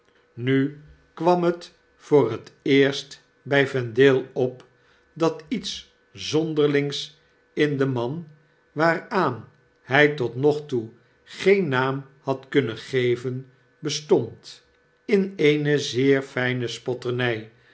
nu geen uitweg kwam het voor het eerst by vendale op dat iets zonderlings in den man waaraan hy tot nog toe geen naam had kunnen geven bestond in eene zeer fijne spotterny